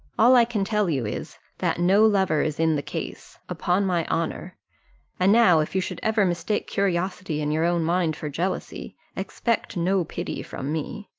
all i can tell you is, that no lover is in the case, upon my honour and now, if you should ever mistake curiosity in your own mind for jealousy, expect no pity from me.